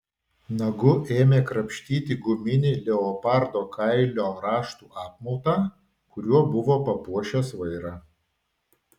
nagu ėmė krapštyti guminį leopardo kailio raštų apmautą kuriuo buvo papuošęs vairą